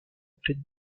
pleine